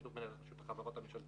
בשיתוף מנהל רשות החברות הממשלתיות,